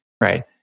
right